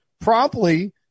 promptly